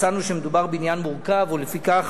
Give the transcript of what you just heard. מצאנו שמדובר בעניין מורכב, ולפיכך